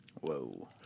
Whoa